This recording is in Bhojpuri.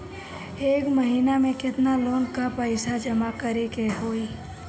एक महिना मे केतना लोन क पईसा जमा करे क होइ?